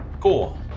Cool